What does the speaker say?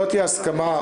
ולא הסכמנו.